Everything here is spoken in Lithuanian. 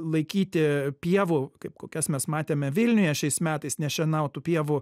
laikyti pievų kaip kokias mes matėme vilniuje šiais metais nešienautų pievų